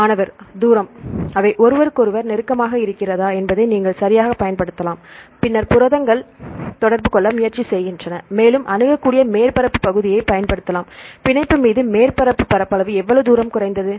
மாணவர் தூரம் அவை ஒருவருக்கொருவர் நெருக்கமாக இருக்கிறதா என்பதை நீங்கள் சரியாகப் பயன்படுத்தலாம் பின்னர் புரதங்கள் தொடர்பு கொள்ள முயற்சி செய்கின்றன மேலும் அணுகக்கூடிய மேற்பரப்புப் பகுதியைப் பயன்படுத்தலாம் பிணைப்பு மீது மேற்பரப்பு பரப்பளவு எவ்வளவு தூரம் குறைந்தது